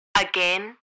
Again